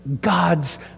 God's